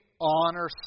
honor